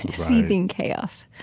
seething chaos